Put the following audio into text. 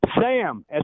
sam